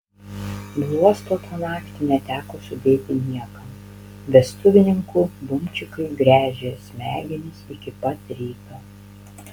bluosto tą naktį neteko sudėti niekam vestuvininkų bumčikai gręžė smegenis iki pat ryto